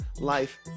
life